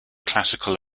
classical